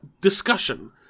discussion